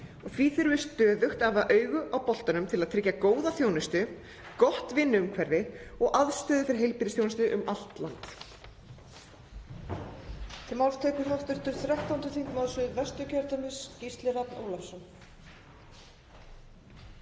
þurfum við stöðugt að hafa augun á boltanum til að tryggja góða þjónustu, gott vinnuumhverfi og aðstöðu fyrir heilbrigðisþjónustu um allt land.